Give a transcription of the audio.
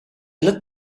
lit